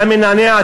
אתה מנענע,